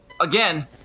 again